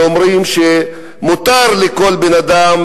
שאומרים שמותר לכל בן-אדם,